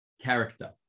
character